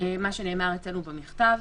מה שנאמר אצלנו במכתב.